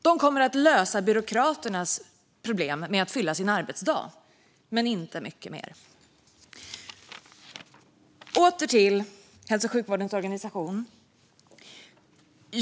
De kommer att lösa byråkraternas problem med att fylla sin arbetsdag, men inte mycket mer. Låt mig åter ta upp hälso och sjukvårdens organisation.